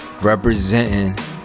representing